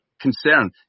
concern